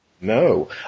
No